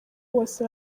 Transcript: bose